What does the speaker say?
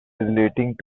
relating